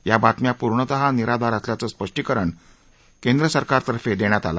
या बातम्या पूर्णतः निराधार असल्याचं स्पष्टीकरण काल केंद्रसरकारतर्फे देण्यात आलं